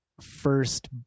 first